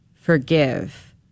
forgive